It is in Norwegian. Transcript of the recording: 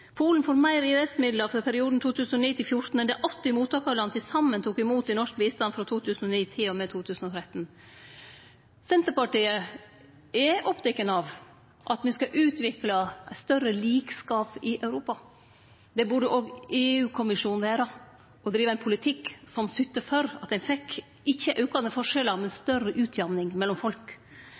Polen får meir i EØS-midlar for perioden 2009–2014 enn det 80 mottakarland til saman tok imot i norsk bistand frå 2009 til og med 2013. Senterpartiet er oppteke av at me skal utvikle større likskap i Europa. Det burde òg EU-kommisjonen vere – og drive ein politikk som syter for at ein ikkje får aukande forskjellar, men større utjamning mellom folk.